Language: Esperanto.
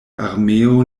armeo